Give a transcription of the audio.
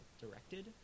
directed